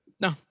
No